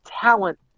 talent